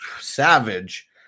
Savage